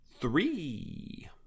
Three